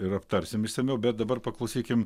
ir aptarsim išsamiau bet dabar paklausykim